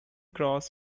cross